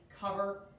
cover